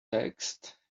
text